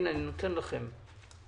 הנה, אני נותן לכם לחתום.